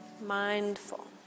Mindful